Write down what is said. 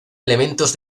elementos